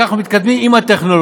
העיקר, אנחנו מתקדמים עם הטכנולוגיה.